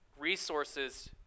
resources